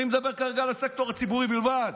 אני מדבר כרגע על הסקטור הציבורי בלבד.